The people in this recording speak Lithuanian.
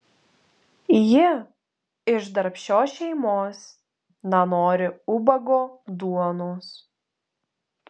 ji iš darbščios šeimos nenori ubago duonos